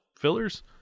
fillers